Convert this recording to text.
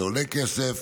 זה עולה כסף,